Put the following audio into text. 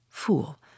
Fool